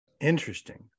Interesting